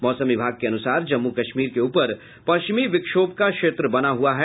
मौसम विभाग के अनुसार जम्मू कश्मीर के ऊपर पश्चिमी विक्षोभ का क्षेत्र बना हुआ है